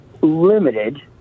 limited